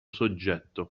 soggetto